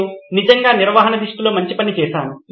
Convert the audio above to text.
నేను నిజంగా నిర్వహణ దృష్టిలో మంచి పని చేసాను